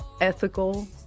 ethical